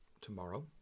tomorrow